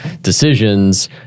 decisions